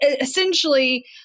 Essentially